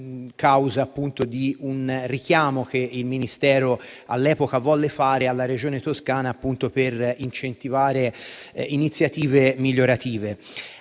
causa di un richiamo che il Ministero all'epoca volle fare alla Regione Toscana per incentivare iniziative migliorative.